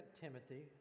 Timothy